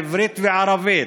עברית וערבית,